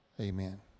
Amen